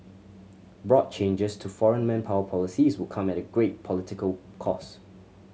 broad changes to foreign manpower policies would come at great political cost